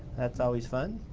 that's always fun.